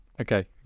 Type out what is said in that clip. okay